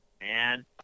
man